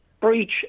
breach